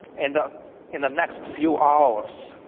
and in the next few hours,